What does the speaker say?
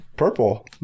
purple